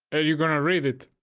are you gonna read it?